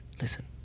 listen